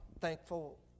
thankful